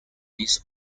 these